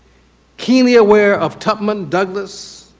keenly aware of tupman. douglass,